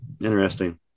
Interesting